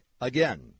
Again